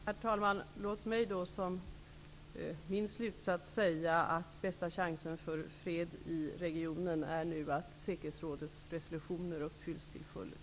Herr talman! Låt mig säga att min slutsats är att bästa chansen att få fred i regionen nu är att säkerhetsrådets resolutioner helt uppfylls.